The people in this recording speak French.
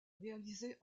réalisé